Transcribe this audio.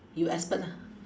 you expert ah